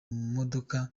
modoka